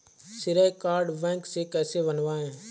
श्रेय card bank से कैसे बनवाएं?